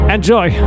Enjoy